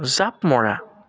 জাপ মৰা